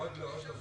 אסף.